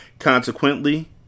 Consequently